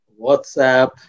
WhatsApp